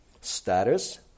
status